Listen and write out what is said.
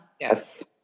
Yes